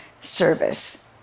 service